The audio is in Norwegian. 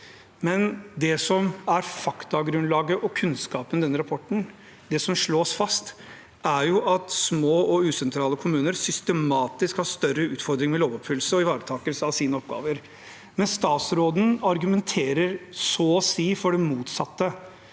Det som er faktagrunnlaget og kunnskapen i denne rapporten, det som slås fast, er jo at små og usentrale kommuner systematisk har større utfordringer med lovoppfyllelse og ivaretakelse av sine oppgaver. Men statsråden argumenterer så å si for det motsatte.